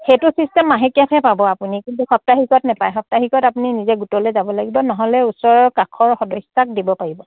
সেইটো চিষ্টেম মাহেকীয়াতহে পাব আপুনি কিন্তু সাপ্তাহিকত নাপায় সাপ্তাহিকত আপুনি নিজে গোটলৈ যাব লাগিব নহ'লে ওচৰৰ কাষৰ সদস্যাক দিব পাৰিব